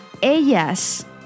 ellas